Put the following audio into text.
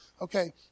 Okay